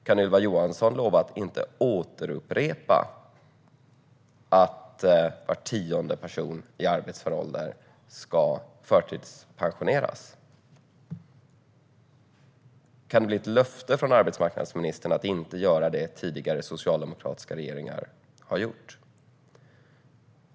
Kan Ylva Johansson lova att inte upprepa att var tionde person i arbetsför ålder förtidspensioneras? Kan det bli ett löfte från arbetsmarknadsministern att inte göra det tidigare socialdemokratiska regeringar har gjort?